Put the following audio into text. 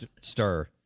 stir